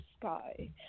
sky